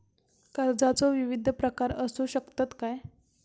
कर्जाचो विविध प्रकार असु शकतत काय?